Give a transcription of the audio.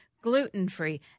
gluten-free